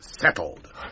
settled